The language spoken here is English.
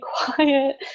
quiet